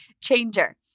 changer